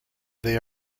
they